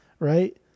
right